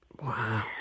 Wow